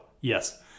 Yes